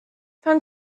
from